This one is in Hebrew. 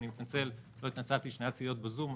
ואני מתנצל לא התנצלתי שאני נאלץ להיות בזום,